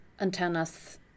antennas